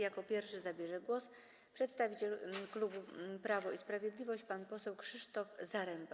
Jako pierwszy zabierze głos przedstawiciel klubu Prawo i Sprawiedliwość, pan poseł Krzysztof Zaremba.